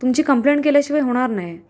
तुमची कम्पलेंट केल्याशिवाय होणार नाही